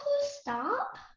stop